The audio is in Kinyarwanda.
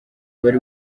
wari